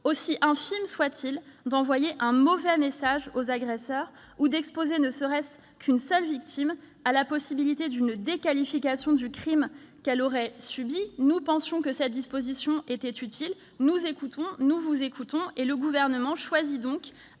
si infime soit-il, d'envoyer un mauvais message aux agresseurs ou d'exposer ne serait-ce qu'une seule victime à la possibilité d'une déqualification du crime qu'elle aurait subi. Nous pensions que cette disposition était utile ; après vous avoir écoutés, nous avons donc